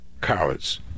cowards